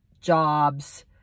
jobs